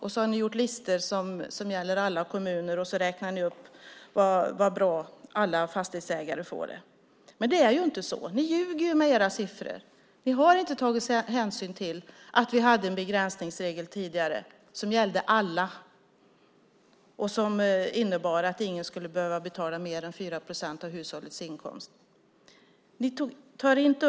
Ni har gjort listor som gäller alla kommuner och talar om hur bra alla fastighetsägare får det. Men det är inte så. Ni ljuger med era siffror. Ni har inte tagit hänsyn till att vi tidigare hade en begränsningsregel som gällde alla och som innebar att ingen skulle behöva betala mer än 4 procent av hushållets inkomst i fastighetsskatt.